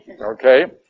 Okay